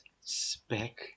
spec